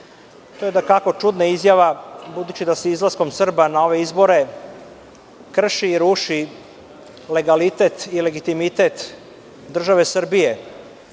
je dakako čudna izjava, budući da je izlaskom Srba na ove izbore krši i ruši legalitet i legitimitet države Srbije,